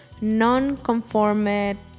non-conformist